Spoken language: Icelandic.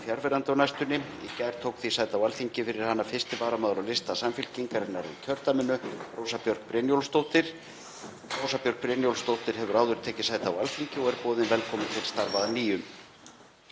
fjarverandi á næstunni. Í gær tók því sæti á Alþingi fyrir hana 1. varamaður á lista Samfylkingarinnar í kjördæminu, Rósa Björk Brynjólfsdóttir. Rósa Björk Brynjólfsdóttir hefur áður tekið sæti á Alþingi og er boðin velkomin til starfa að nýju.